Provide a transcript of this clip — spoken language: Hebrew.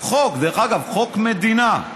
חוק, דרך אגב, חוק מדינה.